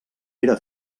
era